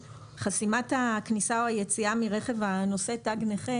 חסימת הכניסה או היציאה מרכב הנושא תג נכה,